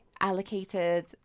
allocated